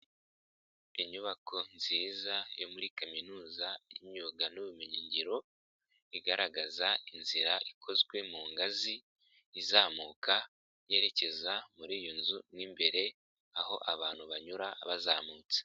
Inyubako nziza yo muri kaminuza y'imyuga n'ubumenyingiro, igaragaza inzira ikozwe mu ngazi izamuka yerekeza muri iyo nzu mw'imbere, aho abantu banyura bazamutse.